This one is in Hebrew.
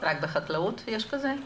רק בחקלאות יש מס כזה?